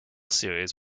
series